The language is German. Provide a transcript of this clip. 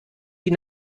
die